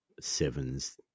Sevens